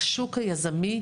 אבל גם הרשת תעלה לך כסף.